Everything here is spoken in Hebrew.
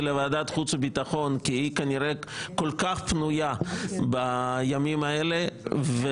לוועדת חוץ וביטחון כי היא כנראה כל כך פנויה בימים האלה.